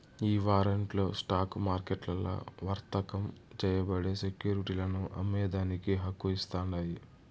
ఈ వారంట్లు స్టాక్ మార్కెట్లల్ల వర్తకం చేయబడే సెక్యురిటీలను అమ్మేదానికి హక్కు ఇస్తాండాయి